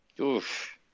Oof